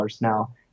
now